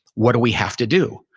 what do we have to do?